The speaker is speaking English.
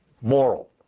moral